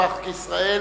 בנושא: דוח בנק ישראל,